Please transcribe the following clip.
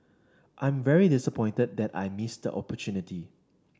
I'm very disappointed that I missed opportunity